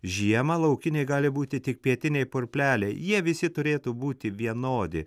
žiemą laukiniai gali būti tik pietiniai purpleliai jie visi turėtų būti vienodi